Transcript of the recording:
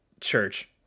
Church